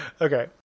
Okay